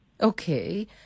Okay